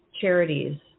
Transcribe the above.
charities